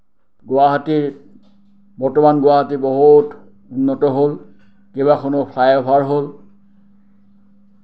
গুৱাহাটীৰ বৰ্তমান গুৱাহাটী বহুত উন্নত হ'ল কেইবাখনো ফ্লাই অভাৰ হ'ল